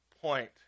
point